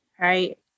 right